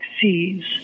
seas